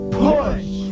push